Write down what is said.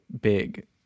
big